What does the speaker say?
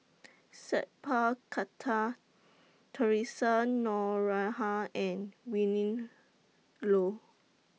Sat Pal Khattar Theresa Noronha and Willin Low